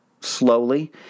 slowly